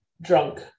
drunk